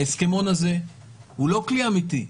ההסכמון הזה הוא לא כלי אמיתי.